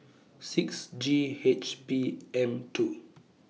six G H P M two